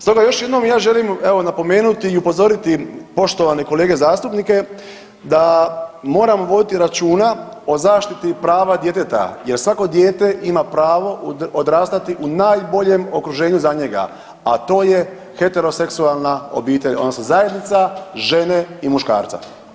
Stoga još jednom ja želim evo napomenuti i upozoriti poštovane kolege zastupnike da moramo voditi računa o zaštiti prava djeteta jer svako dijete ima pravo odrastati u najboljem okruženju za njega, a to je heteroseksualna obitelj odnosno zajednica žene i muškarca.